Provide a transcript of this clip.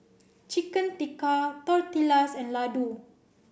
Chicken Tikka Tortillas and Ladoo